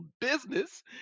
business